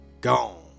Gone